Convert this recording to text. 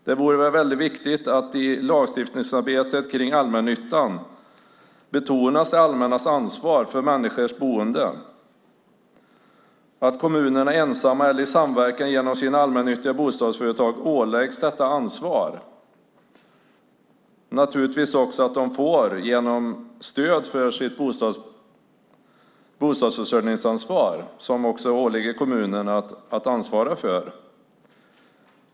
Det borde vara viktigt att i lagstiftningsarbetet om allmännyttan betona det allmännas ansvar för människors boende, att kommunerna ensamma eller i samverkan via sina allmännyttiga bostadsföretag åläggs detta ansvar samt att de naturligtvis får stöd för sitt bostadsförsörjningsansvar.